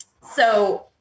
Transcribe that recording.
so-